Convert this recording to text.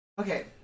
Okay